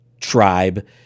tribe